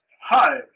hi